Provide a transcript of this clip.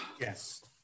yes